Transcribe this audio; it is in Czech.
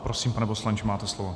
Prosím, pane poslanče, máte slovo.